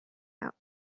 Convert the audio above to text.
out